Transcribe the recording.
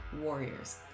warriors